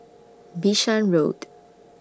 Bishan Road